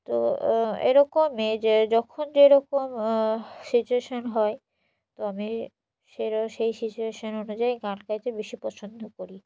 তো এরকমই যে যখন যেরকম সিচুয়েশান হয় তো আমি সের সেই সিচুয়েশান অনুযায়ী গান গাইতে বেশি পছন্দ করি